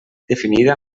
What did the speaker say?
definida